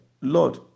Lord